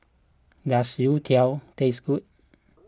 does Youtiao taste good